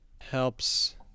helps